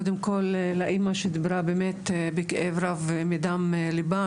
קודם כל לאמא שדיברה באמת בכאב רב מדם ליבה,